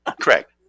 correct